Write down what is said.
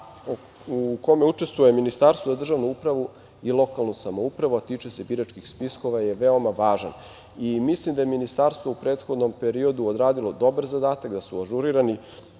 u kome učestvuje Ministarstvo za državnu upravu i lokalnu samoupravu, a tiče se biračkih spiskova, je veoma važan. Mislim da je ministarstvo u prethodnom periodu odradilo dobar zadatak, da su ažurirani